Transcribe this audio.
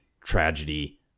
tragedy